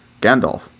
gandalf